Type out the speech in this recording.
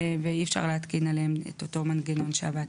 ואי אפשר להתקין עליהן את אותו מנגנון שבת.